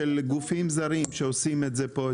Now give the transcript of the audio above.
של גופים זרים שעושים את זה פה,